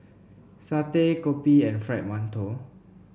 satay kopi and Fried Mantou